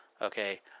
Okay